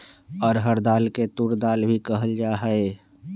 अरहर दाल के तूर दाल भी कहल जाहई